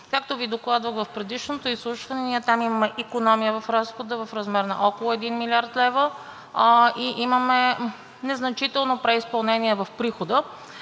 Както Ви докладвах в предишното изслушване, ние там имаме икономия в разхода в размер на около 1 млрд. лв. и имаме незначително преизпълнение в прихода,